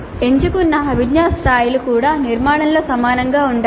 ఎంచుకున్న అభిజ్ఞా స్థాయిలు కూడా నిర్మాణంలో సమానంగా ఉండాలి